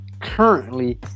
currently